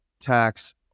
tax